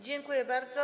Dziękuję bardzo.